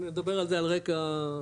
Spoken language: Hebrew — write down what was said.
נדבר על זה על רקע --- לא,